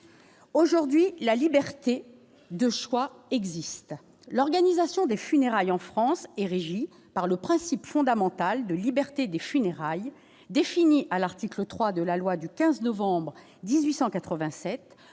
aujourd'hui la liberté de choix existe, l'organisation des funérailles en France est régie par le principe fondamental de liberté des funérailles définie à l'article 3 de la loi du 15 novembre 1887